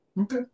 Okay